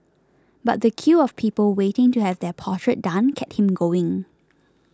but the queue of people waiting to have their portrait done kept him going